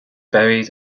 buried